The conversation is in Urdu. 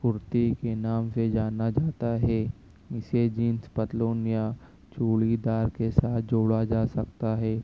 كُرتى كے نام سے جانا جاتا ہے اسے جینس پتلون یا چوڑی دار کے ساتھ جوڑا جا سکتا ہے